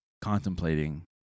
contemplating